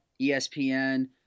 ESPN